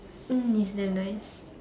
mm it's damn nice